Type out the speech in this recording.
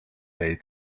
they